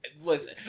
listen